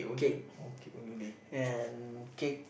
cake and cake